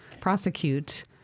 prosecute